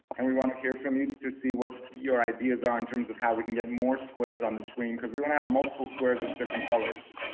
and we wanna hear from you to see what your ideas are in terms of how we can get more squares on the screen because we're gonna have multiple squares of different colors.